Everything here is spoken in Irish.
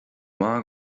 maith